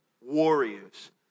Warriors